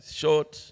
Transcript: short